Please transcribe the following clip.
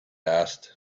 asked